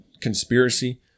conspiracy